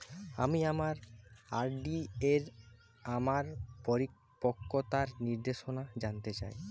আমি আমার আর.ডি এর আমার পরিপক্কতার নির্দেশনা জানতে চাই